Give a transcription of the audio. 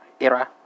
ERA